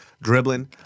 Dribbling